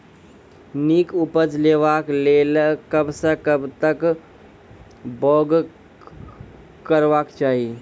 नीक उपज लेवाक लेल कबसअ कब तक बौग करबाक चाही?